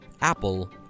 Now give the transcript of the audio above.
Apple